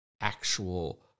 actual